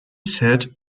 said